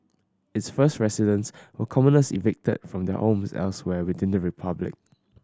its first residents were commoners evicted from their homes elsewhere within the republic